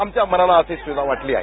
आमच्या मनाला अधिक स्विधा वाटली आहे